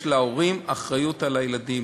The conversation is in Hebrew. התשע"ו 2015, היא למעשה חוק משלים.